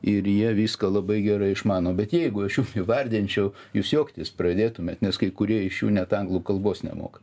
ir jie viską labai gerai išmano bet jeigu aš jum įvardinčiau jūs juoktis pradėtumėt nes kai kurie iš jų net anglų kalbos nemoka